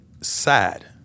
sad